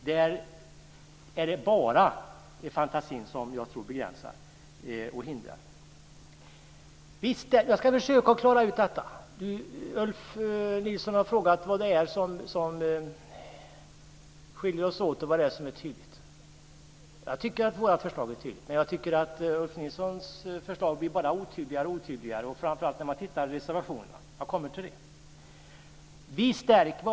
Det är bara fantasin som utgör ett hinder. Jag ska försöka klara ut detta. Ulf Nilsson har frågat vad det är som skiljer oss åt och vad som är tydligt. Jag tycker att våra förslag är tydliga, men jag tycker att Ulf Nilssons förslag bara blir otydligare och otydligare - framför allt när jag tittar i reservationerna. Jag kommer till det senare.